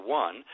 one